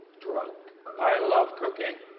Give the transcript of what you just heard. drug. i love cooking.